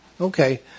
Okay